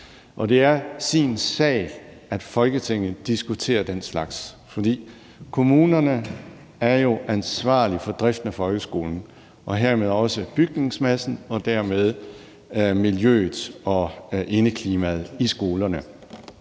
og det er sin sag, at Folketinget diskuterer den slags, for kommunerne er jo ansvarlige for driften af folkeskolen og hermed også bygningsmassen og dermed miljøet og indeklimaet i skolerne.